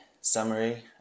summary